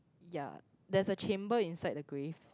ya there's a chamber inside the grave